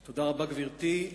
גברתי,